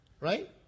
right